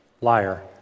liar